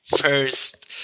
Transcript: first